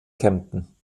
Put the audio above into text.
kempten